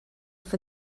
off